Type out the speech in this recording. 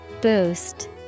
Boost